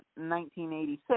1986